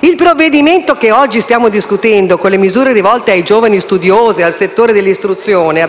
Il provvedimento che oggi stiamo discutendo, con le misure rivolte ai giovani studiosi e al settore dell'istruzione